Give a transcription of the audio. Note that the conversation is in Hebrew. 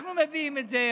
אנחנו מביאים את זה,